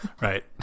right